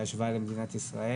בהשוואה למדינת ישראל.